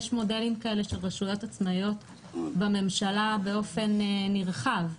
יש מודלים כאלה של רשויות עצמאיות בממשלה באופן נרחב.